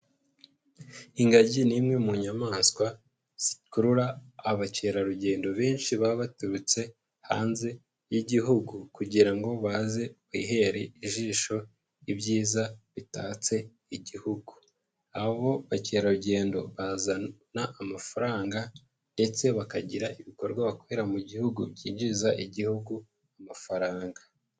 Ingagi ni imwe mu nyamaswa zikurura abakerarugendo benshi baba baturutse hanze y'igihugu, kugira ngo baze bihere ijisho ibyiza bitatse igihugu, aho abakerarugendo bazana amafaranga ndetse bakagira ibikorwa bakorera mu gihugu byinjiriza igihugu amafaranga.